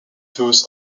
thus